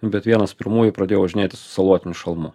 bet vienas pirmųjų pradėjau važinėti su salotiniu šalmu